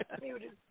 Muted